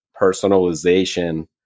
personalization